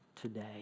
today